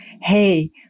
hey